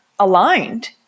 aligned